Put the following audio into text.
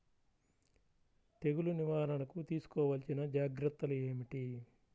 తెగులు నివారణకు తీసుకోవలసిన జాగ్రత్తలు ఏమిటీ?